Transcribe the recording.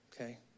okay